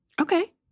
Okay